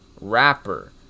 rapper